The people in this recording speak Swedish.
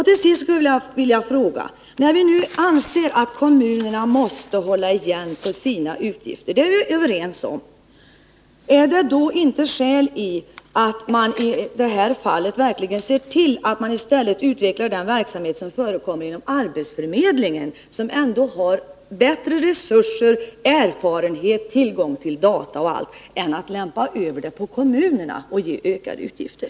Till sist vill jag fråga: När vi nu anser att kommunerna måste hålla igen på sina utgifter — det är vi ju överens om — finns det inte då skäl att vi i detta fall verkligen ser till att utveckla den verksamhet som förekommer inom arbetsförmedlingen, som har bättre resurser, erfarenhet och tillgång till data, i stället för att lämpa över ansvaret på kommunerna och ge dem ökade utgifter?